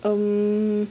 um